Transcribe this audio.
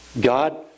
God